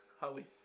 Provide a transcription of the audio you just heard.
Howie